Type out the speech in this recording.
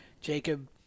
Jacob